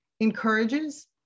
encourages